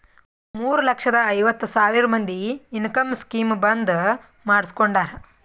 ಮೂರ ಲಕ್ಷದ ಐವತ್ ಸಾವಿರ ಮಂದಿ ಇನ್ಕಮ್ ಸ್ಕೀಮ್ ಬಂದ್ ಮಾಡುಸ್ಕೊಂಡಾರ್